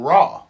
Raw